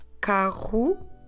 carro